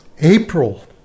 April